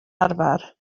arfer